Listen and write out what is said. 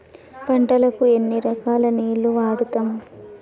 పంటలకు ఎన్ని రకాల నీరు వాడుతం?